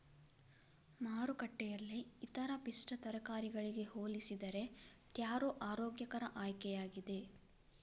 ಮಾರುಕಟ್ಟೆಯಲ್ಲಿ ಇತರ ಪಿಷ್ಟ ತರಕಾರಿಗಳಿಗೆ ಹೋಲಿಸಿದರೆ ಟ್ಯಾರೋ ಆರೋಗ್ಯಕರ ಆಯ್ಕೆಯಾಗಿದೆ